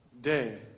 day